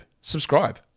subscribe